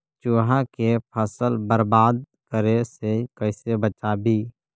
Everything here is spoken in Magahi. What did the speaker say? चुहा के फसल बर्बाद करे से कैसे बचाबी?